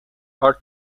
are